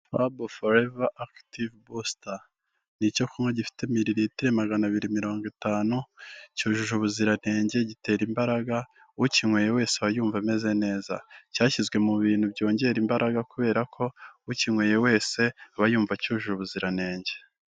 Fab forever active buster. Ni icyo kunywa gifite miriritiro magana abiri mirongo itanu, cyujuje ubuziranenge, gitera imbaraga, ukinkweye wese aba yumva ameze neza. Cyashyizwe mu bintu byongera imbaraga kubera ko ukinkweye wese aba yumva cyujuje ubuziranenge